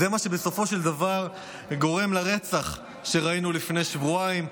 זה מה שבסופו של דבר גורם לרצח שראינו לפני שבועיים,